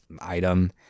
item